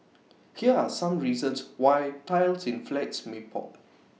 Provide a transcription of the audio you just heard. here are some reasons why tiles in flats may pop